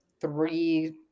three